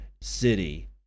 city